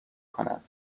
کنند